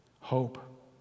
Hope